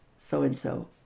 so-and-so